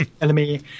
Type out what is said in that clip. enemy